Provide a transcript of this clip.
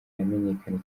yamenyekanye